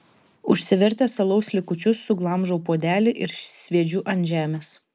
užsivertęs alaus likučius suglamžau puodelį ir sviedžiu ant žemės